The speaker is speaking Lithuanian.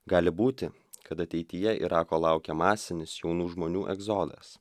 gali būti kad ateityje irako laukia masinis jaunų žmonių egzodas